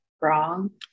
wrong